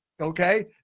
okay